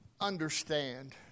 Understand